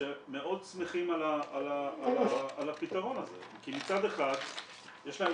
שמאוד שמחים על הפתרון הזה כי מצד אחד יש להם